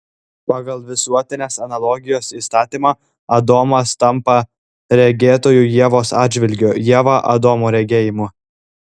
pagal visuotinės analogijos įstatymą adomas tampa regėtoju ievos atžvilgiu ieva adomo regėjimu